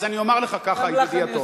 אז אני אומר לך ככה, ידידי הטוב,